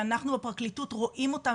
שאנחנו בפרקליטות רואים אותם,